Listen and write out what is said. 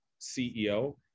CEO